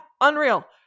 Unreal